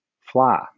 fly